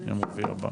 יום רביעי הבא?